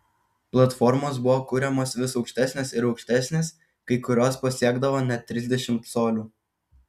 platformos buvo kuriamos vis aukštesnės ir aukštesnės kai kurios pasiekdavo net trisdešimt colių